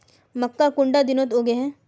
मक्का कुंडा दिनोत उगैहे?